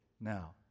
now